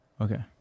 Okay